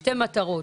שתי מטרות.